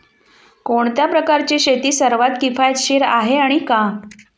कोणत्या प्रकारची शेती सर्वात किफायतशीर आहे आणि का?